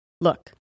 look